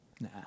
Nah